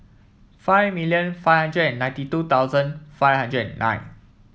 five million five hundred and ninety two thousand five hundred and nine